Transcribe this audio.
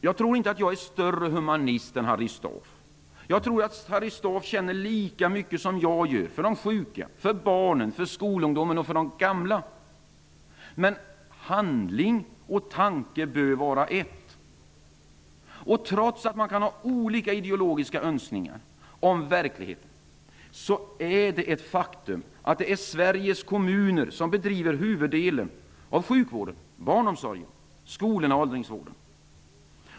Jag tror inte att jag är en större humanist än Harry Staaf, utan jag tror att Harry Staaf känner lika mycket som jag gör för de sjuka, för barnen, för skolungdomen och för de gamla. Men handling och tanke bör vara ett. Trots att vi kan ha olika ideologiska önskningar om verkligheten är det ett faktum att det är Sveriges kommuner som bedriver merparten av sjukvården, barnomsorgen, skolorna och åldringsvården.